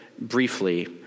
briefly